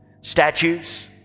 statues